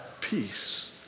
peace